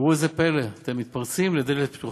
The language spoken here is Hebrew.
וראו זה פלא: אתם מתפרצים לדלת פתוחה,